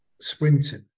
sprinting